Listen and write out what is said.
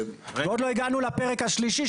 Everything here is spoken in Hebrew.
ועוד לא הגענו בכלל לפרק השלישי,